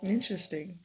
Interesting